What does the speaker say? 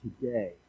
today